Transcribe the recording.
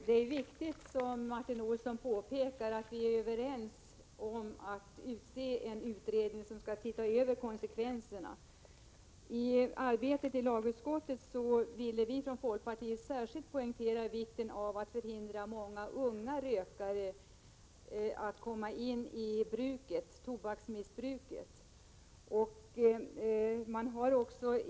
Herr talman! Som Martin Olsson påpekar är vi överens om att tillsätta en utredning som skall se över konsekvenserna. I arbetet i lagutskottet ville vi från folkpartiets sida särskilt poängtera vikten av att förhindra att unga människor kommer in i tobaksmissbruket.